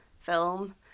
film